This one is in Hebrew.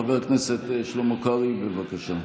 חבר הכנסת קרעי, בבקשה.